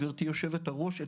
גברתי יושבת הראש,